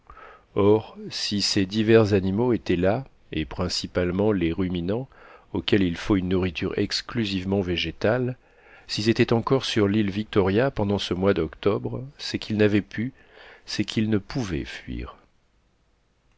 or si ces divers animaux étaient là et principalement les ruminants auxquels il faut une nourriture exclusivement végétale s'ils étaient encore sur l'île victoria pendant ce mois d'octobre c'est qu'ils n'avaient pu c'est qu'ils ne pouvaient fuir